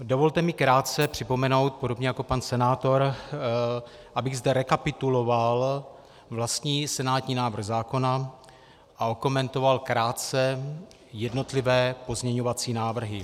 Dovolte mi krátce připomenout, podobně jako pan senátor, abych zde rekapituloval vlastní senátní návrh zákona a okomentoval krátce jednotlivé pozměňovací návrhy.